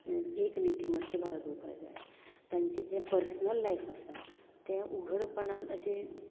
एक नितिमत्ता बाळगूपाक जाय तांचें जें पर्सनल लायफ आसा तें उघडपणान अशें